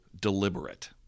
deliberate